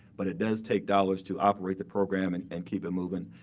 but it does take dollars to operate the program and and keep it moving.